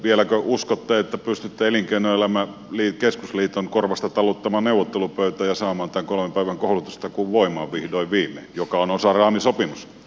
vieläkö uskotte että pystytte korvasta taluttamaan neuvottelupöytään elinkeinoelämän keskusliiton ja saamaan voimaan vihdoin viimein tämän kolmen päivän koulutustakuun joka on osa raamisopimusta